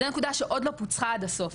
זו נקודה שעוד לא פוצחה עד הסוף,